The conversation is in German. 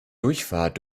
durchfahrt